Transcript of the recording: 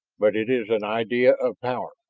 but it is an idea of power.